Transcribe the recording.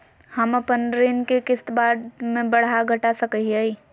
हम अपन ऋण के किस्त बाद में बढ़ा घटा सकई हियइ?